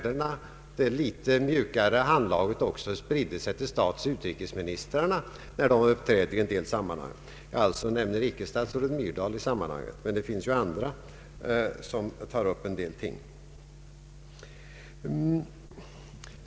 Det vore bra om detta litet mjukare handlag också tillämpades av dessa statsråd när de uppträder i vissa sammanhang. Jag nämner alltså inte statsrådet Myrdal, men det finns andra som gärna tar upp kontroversiella ting.